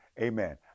amen